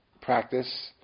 practice